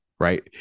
Right